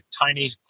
tiny